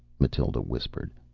mathild whispered.